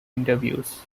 interviews